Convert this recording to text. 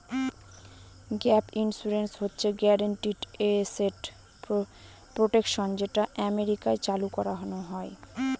gap insurance হচ্ছে guaranteed asset protection যেটা আমেরিকায় চালু করানো হয়